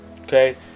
Okay